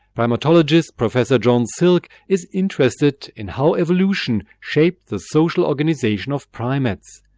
primatologist professor joan silk is interested in how evolution shaped the social organisation of primates.